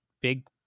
big